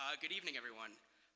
um good evening, everyone.